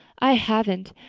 i haven't.